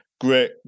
great